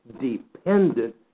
dependent